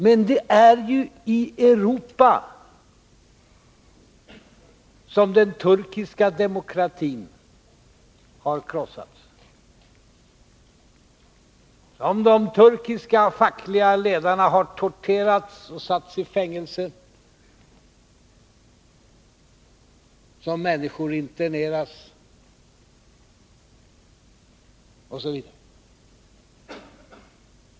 Men det är ju i Europa som den turkiska demokratin har krossats, som de turkiska fackliga ledarna har torterats och satts i fängelse, som människor interneras osv.